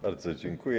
Bardzo dziękuję.